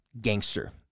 gangster